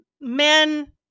Men